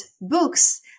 books